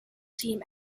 team